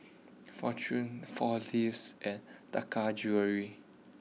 Fortune four Leaves and Taka Jewelry